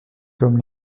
comme